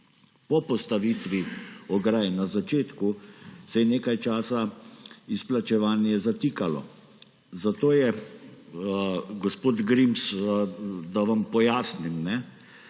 Po postavitvi ograj na začetku se je nekaj časa izplačevanje zatikalo. Zato je, gospod Grims, da vam pojasnim,